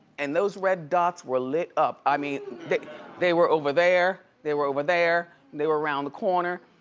and those red dots were lit up. i mean they they were over there, they were over there, they were round the corner.